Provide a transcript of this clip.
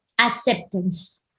Acceptance